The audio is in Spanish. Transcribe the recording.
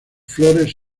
flores